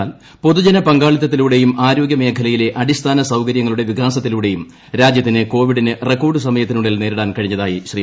എന്നാൽ പൊതുജന പങ്കാളിത്തത്തിലൂടെയും ആരോഗൃമേഖലയിലെ സൌകര്യങ്ങളുടെ വികാസത്തിലൂടെയും രാജ്യത്തിന് ക്ടോവിഡിനെ റെക്കോർഡ് സമയത്തിനുള്ളിൽ നേരിടാൻ കഴിഞ്ഞ്ത്രായി ശ്രീ